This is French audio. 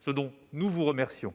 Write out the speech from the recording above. ce dont nous vous remercions